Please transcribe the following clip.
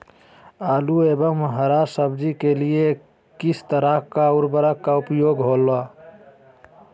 आलू एवं हरा सब्जी के लिए किस तरह का उर्वरक का उपयोग होला?